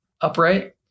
upright